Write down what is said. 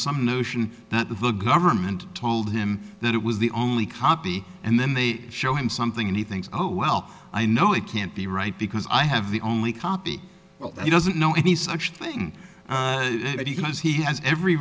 some notion that the government told him that it was the only copy and then they show him something and he thinks oh well i know it can't be right because i have the only copy and he doesn't know any such thing that he